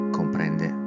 comprende